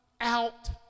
out